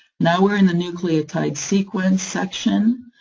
now, we're in the nucleotide sequence section,